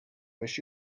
wish